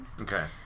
Okay